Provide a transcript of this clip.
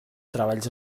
treballs